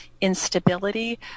instability